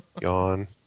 Yawn